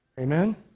Amen